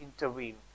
intervene